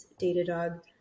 Datadog